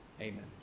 Amen